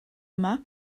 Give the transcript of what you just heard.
yma